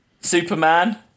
Superman